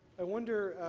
i wonder,